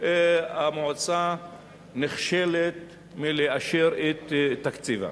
המועצה נכשלת באישור תקציבה.